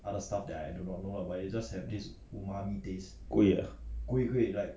贵啊